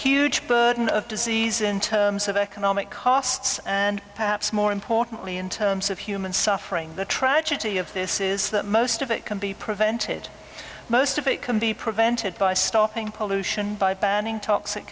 huge burden of disease in terms of economic costs and perhaps more importantly in terms of human suffering the tragedy of this is that most of it can be prevented most of it can be prevented by stopping pollution by banning toxic